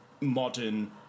modern